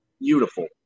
beautiful